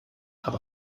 aber